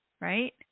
right